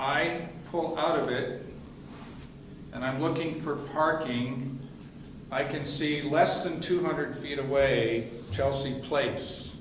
i pull out of it and i'm looking for parking i can see it less than two hundred feet away chelsea pla